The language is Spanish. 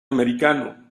americano